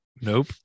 Nope